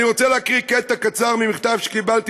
ואני רוצה להקריא קטע קצר ממכתב שקיבלת